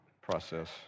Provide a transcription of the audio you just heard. process